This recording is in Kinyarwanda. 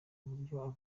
uburyo